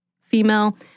female